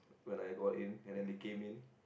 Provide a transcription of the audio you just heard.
when I go in and then they came in